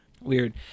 Weird